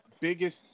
biggest